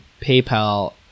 PayPal